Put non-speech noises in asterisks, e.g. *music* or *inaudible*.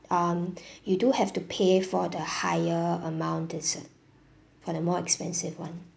um *breath* you do have to pay for the higher amount dessert for the more expensive one